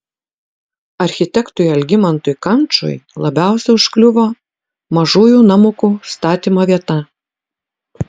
architektui algimantui kančui labiausiai užkliuvo mažųjų namukų statymo vieta